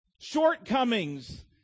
Shortcomings